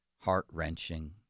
heart-wrenching